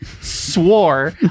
swore